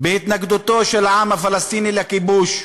בהתנגדותו של העם הפלסטיני לכיבוש.